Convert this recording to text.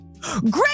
Great